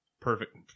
perfect